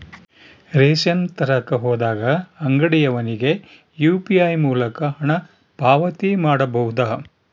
Ration ತರಕ ಹೋದಾಗ ಅಂಗಡಿಯವನಿಗೆ ಯು.ಪಿ.ಐ ಮೂಲಕ ಹಣ ಪಾವತಿ ಮಾಡಬಹುದಾ?